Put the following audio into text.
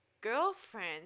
girlfriend